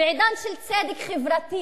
בעידן של צדק חברתי